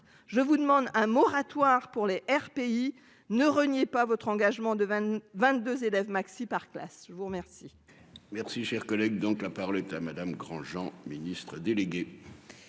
Je vous demande un moratoire pour Les RPI ne reniait pas votre engagement de 20 22 élèves maxi par classe. Je vous remercie.